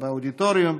באירוע באודיטוריום,